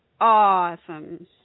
Awesome